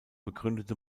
begründete